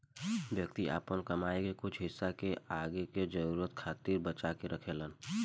व्यक्ति आपन कमाई के कुछ हिस्सा के आगे के जरूरतन खातिर बचा के रखेलेन